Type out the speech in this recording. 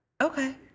okay